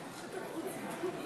מצביע עדי קול,